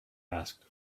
asked